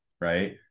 right